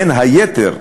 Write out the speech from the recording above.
בין היתר,